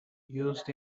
used